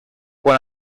quan